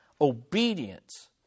Obedience